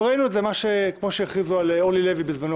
וראינו כמו שהכריזו על אורלי לוי בזמנו